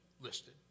listed